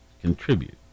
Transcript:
contribute